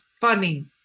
funny